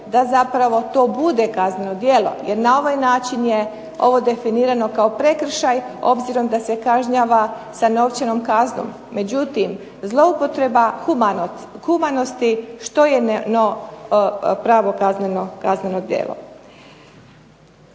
da zapravo to bude kazneno djelo, jer na ovaj način je ovo definirano kao prekršaj obzirom da se kažnjava sa novčanom kaznom. Međutim, zloupotreba humanosti što je pravo kazneno djelo.